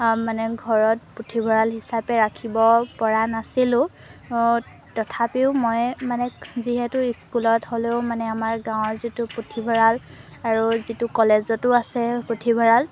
মানে ঘৰত পুথিভঁৰাল হিচাপে ৰাখিব পৰা নাছিলোঁ তথাপিও মই মানে যিহেতু স্কুলত হ'লেও মানে আমাৰ গাঁৱৰ যিটো পুথিভঁৰাল আৰু যিটো কলেজতো আছে পুথিভঁৰাল